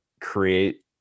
create